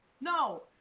no